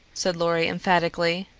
said lorry emphatically.